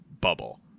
bubble